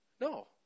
No